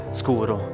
scuro